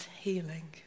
healing